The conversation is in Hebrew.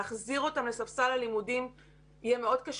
להחזיר אותם לספסל הלימודים יהיה מאוד קשה.